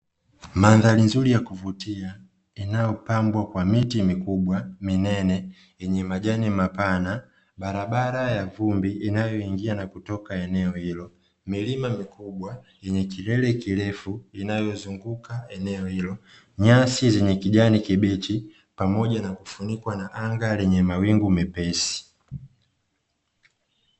Mandhari nzuri ya kuvutia, inayopambwa kwa miti mikubwa minene yenye majani mapana, barabara ya vumbi inayoingia na kutoka eneo hilo, milima mikubwa yenye kilele kirefu inayozunguka eneo hilo, nyasi zenye kijani kibichi, pamoja na kufunikwa na anga lenye mawingu mepesi.